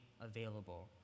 available